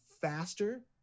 faster